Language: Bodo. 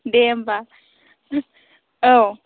दे होनबा औ